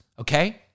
okay